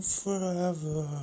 forever